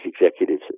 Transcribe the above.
executives